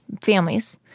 families